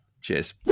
Cheers